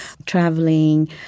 traveling